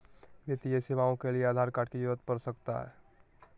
वित्तीय सेवाओं के लिए आधार कार्ड की जरूरत पड़ सकता है?